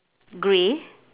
grey